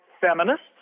feminists